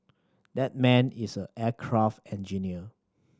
that man is aircraft engineer